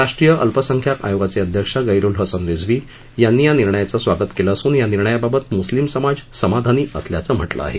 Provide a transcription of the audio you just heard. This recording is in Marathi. राष्ट्रीय अल्पसंख्याक आयोगाचे अध्यक्ष गैरुल हसन रिझवी यांनी या निर्णयाचं स्वागत केलं असून या निर्णयाबाबत म्स्लिम समाज समाधानी असल्याचं म्हटलं आहे